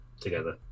together